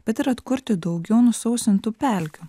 bet ir atkurti daugiau nusausintų pelkių